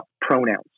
pronouns